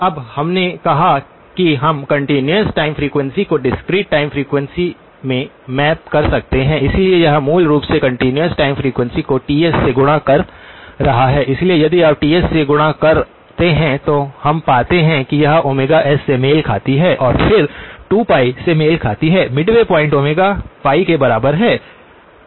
अब हमने कहा कि हम कंटीन्यूअस टाइम फ्रीक्वेंसी को डिस्क्रीट टाइम फ्रीक्वेंसी में मैप कर सकते हैं इसलिए यह मूल रूप से कंटीन्यूअस टाइम फ्रीक्वेंसी को Ts से गुणा कर रहा है इसलिए यदि आप Ts से गुणा करते हैं तो हम पाते हैं कि यह S से मेल खाती है और फिर 2π से मेल खाती है मिडवे पॉइंट ω के बराबर है